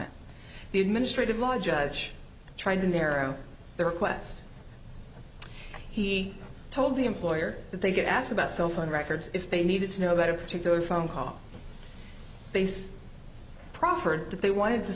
the administrative law judge trying to narrow their requests he told the employer that they get asked about cell phone records if they needed to know about a particular phone call face proffered that they wanted t